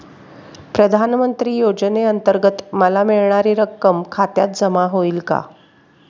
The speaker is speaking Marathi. प्रधानमंत्री योजनेअंतर्गत मला मिळणारी रक्कम खात्यात जमा होईल का?